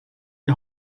die